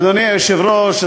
אדוני היושב-ראש,